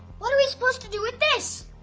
what're we supposed to do with this?